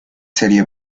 serie